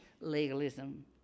legalism